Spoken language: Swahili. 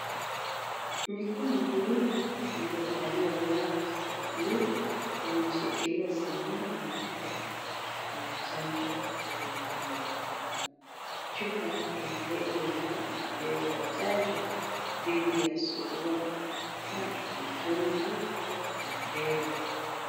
Mikono miwili iliyovalia glavu za blue inashikilia sindano na chupa ya chanjo ya MMR. Chupa ina lebo yenye maelezo ya chanjo dhidi ya surua, matumbwitumbwi na rubella.